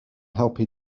helpu